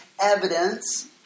evidence